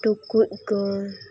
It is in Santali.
ᱴᱩᱠᱩᱡ ᱠᱚ